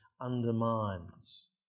undermines